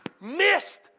missed